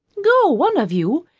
go, one of you,